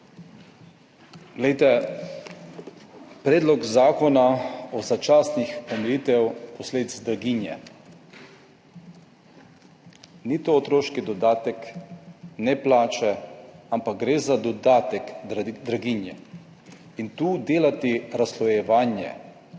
Predlog zakona o začasnih omilitvah posledic draginje ni otroški dodatek, niso plače, ampak gre za dodatek zaradi draginje. In tu delati razslojevanje,